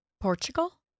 Portugal